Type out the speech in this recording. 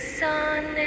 sun